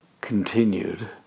continued